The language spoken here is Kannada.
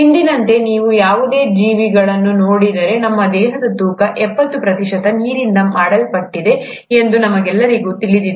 ಇಂದಿನಂತೆ ನೀವು ಯಾವುದೇ ಜೀವಿಗಳನ್ನು ನೋಡಿದರೆ ನಮ್ಮ ದೇಹದ ತೂಕದ ಎಪ್ಪತ್ತು ಪ್ರತಿಶತವು ನೀರಿನಿಂದ ಮಾಡಲ್ಪಟ್ಟಿದೆ ಎಂದು ನಮಗೆಲ್ಲರಿಗೂ ತಿಳಿದಿದೆ